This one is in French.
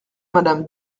madame